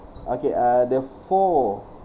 okay uh the four